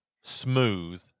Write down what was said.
smooth